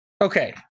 Okay